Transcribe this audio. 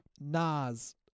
Nas